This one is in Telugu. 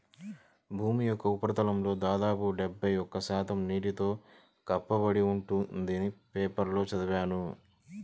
భూమి యొక్క ఉపరితలంలో దాదాపు డెబ్బై ఒక్క శాతం నీటితో కప్పబడి ఉందని పేపర్లో చదివాను